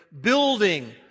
building